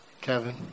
Kevin